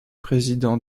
président